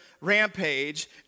rampage